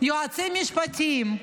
יועצים משפטיים,